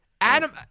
Adam